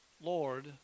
Lord